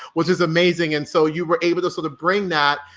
which is amazing. and so you were able to sort of bring that,